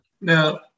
now